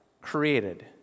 created